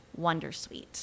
wondersuite